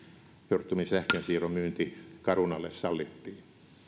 fortumin sähkönsiirron myynti carunalle sallittiin